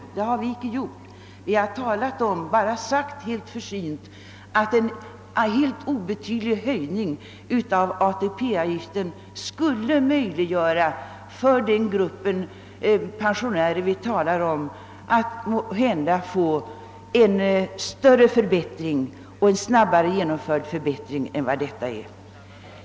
Detta har inte vi gjort i det särskilda yttrandet utan vi har helt försynt framhållit att endast en mycket liten del av de årligen inflytande ATP-avgifterna skulle behöva tas i anspråk för att möjliggöra för den grupp pensionärer vi talar om att få en större och snabbare förbättring.